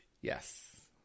Yes